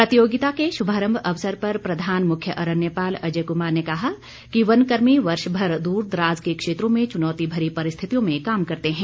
प्रतियोगिता के शुभारंभ अवसर पर प्रधान मुख्य अरण्यपाल अजय कुमार ने कहा कि वन कर्मी वर्षभर द्रदराज के क्षेत्रों में चुनौती भरी परिस्थितियों में काम करते हैं